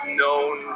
known